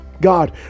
god